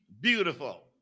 beautiful